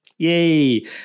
Yay